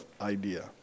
idea